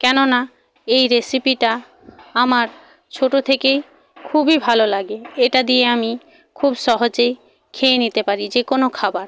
কেননা এই রেসিপিটা আমার ছোট থেকেই খুবই ভালো লাগে এটা দিয়ে আমি খুব সহজেই খেয়ে নিতে পারি যে কোনো খাবার